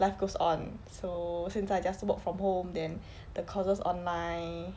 life goes on so 现在 just work from home then the courses online